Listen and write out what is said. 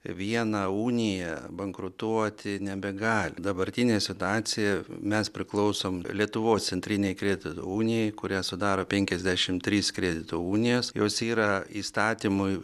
viena unija bankrutuoti nebegali dabartinė situacija mes priklausom lietuvos centrinei kredito unijai kurią sudaro penkiasdešimt trys kredito unijos jos yra įstatymu